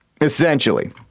Essentially